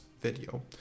video